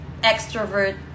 extrovert